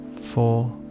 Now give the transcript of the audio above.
Four